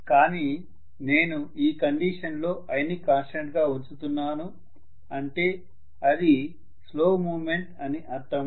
కానీ నేను ఈ కండిషన్ లోi ని కాన్స్టంట్ గా ఉంచుతున్నాను అంటే అది స్లో మూవ్మెంట్ అని అర్థము